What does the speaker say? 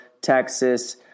Texas